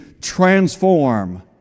transform